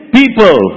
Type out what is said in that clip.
people